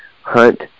hunt